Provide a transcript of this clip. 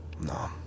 No